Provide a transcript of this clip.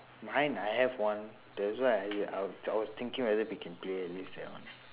mine I have one that's why I I was I was thinking whether we can play at least that one